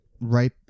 right